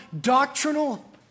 doctrinal